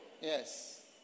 Yes